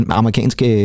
amerikanske